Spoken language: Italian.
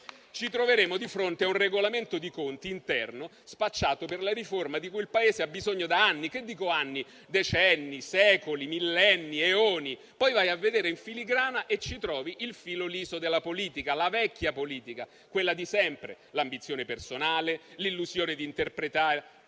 ci troveremo di fronte a un regolamento di conti interno, spacciato per la riforma di cui il Paese ha bisogno da anni, anzi da decenni, secoli, millenni, eoni. Poi, però, si a va a vedere in filigrana e si trova il filo liso della politica, la vecchia politica, quella di sempre, con l'ambizione personale, l'illusione di interpretare